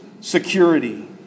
security